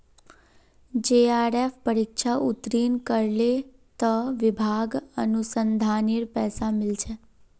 JRF परीक्षा उत्तीर्ण करले त विभाक अनुसंधानेर पैसा मिल छेक